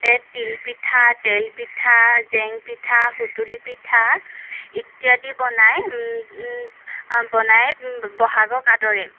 এই তিলপিঠা তেলপিঠা জেংপিঠা সুতুলিপিঠা ইত্যাদি বনায় বনাই বহাগক আদৰে